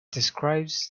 describes